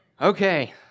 Okay